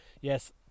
yes